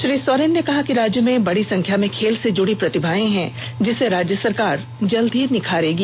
श्री सोरेन ने कहा कि राज्य में बड़ी संख्या में खेल से जुड़ी प्रतिभाएं हैं जिसे राज्य सरकार जल्द ही निखारेगी